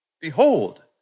Behold